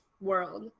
world